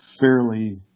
fairly